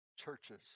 churches